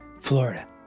Florida